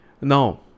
Now